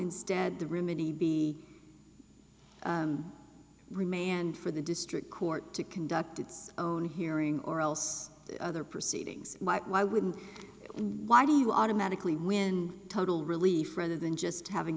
instead the remit he be remain and for the district court to conduct its own hearing or else other proceedings might why wouldn't why do you automatically win total relief rather than just having